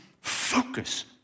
focus